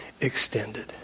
extended